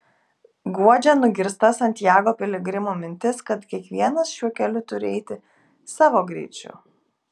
guodžia nugirsta santiago piligrimų mintis kad kiekvienas šiuo keliu turi eiti savo greičiu